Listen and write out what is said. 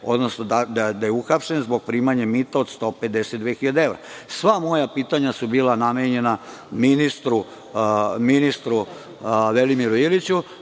odnosno da je uhapšen zbog primanja mita od 152.000 evra? Sva moja pitanja su bila namenjena ministru Velimiru Iliću.